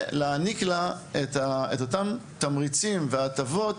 ולהעניק לה את אותם תמריצים והטבות